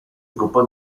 occupò